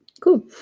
Cool